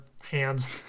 hands